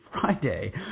Friday